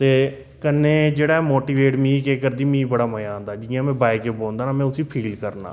ते कन्नै जेह्ड़ा मोटीवेट मिगी केह् करदी मिगी बड़ा मजा आंदा जियां मैं बाइक च बौंह्दा ना मी उसी फील करनां